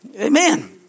Amen